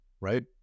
right